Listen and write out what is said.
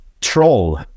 troll